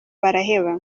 baraheba